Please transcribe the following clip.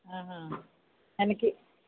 ହଁ ହଁ ହେନିକି